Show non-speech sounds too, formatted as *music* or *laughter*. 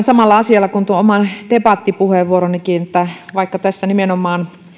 *unintelligible* samalla asialla kuin tuon oman debattipuheenvuoronikin että vaikka tässä